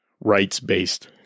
rights-based